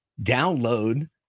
download